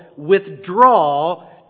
withdraw